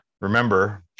Remember